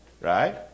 right